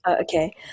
Okay